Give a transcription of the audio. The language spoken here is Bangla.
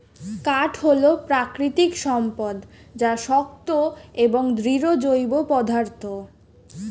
কাঠ হল প্রাকৃতিক সম্পদ যা শক্ত এবং দৃঢ় জৈব পদার্থ